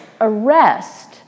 arrest